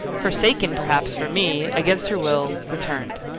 forsaken, perhaps, for me, against her will, returned.